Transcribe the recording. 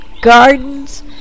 gardens